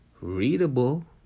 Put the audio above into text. readable